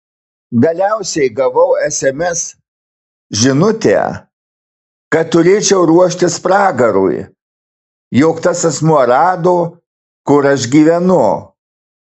galiausiai gavau sms žinutę kad turėčiau ruoštis pragarui jog tas asmuo rado kur aš gyvenu